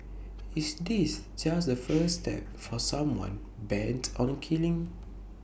is this just the first step for someone bent on killing